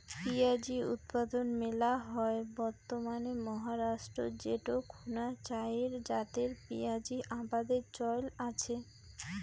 পিঁয়াজী উৎপাদন মেলা হয় বর্তমানে মহারাষ্ট্রত যেটো খুনা চাইর জাতের পিয়াঁজী আবাদের চইল আচে